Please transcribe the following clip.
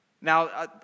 Now